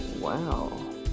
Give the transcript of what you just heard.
wow